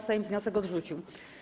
Sejm wniosek odrzucił.